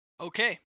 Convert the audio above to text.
Okay